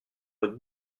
votre